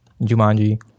Jumanji